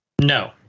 No